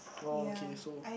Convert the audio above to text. oh okay so